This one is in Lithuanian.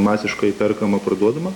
masiškai perkama parduodama